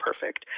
perfect